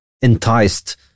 enticed